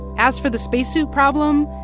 as for the spacesuit problem,